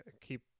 keep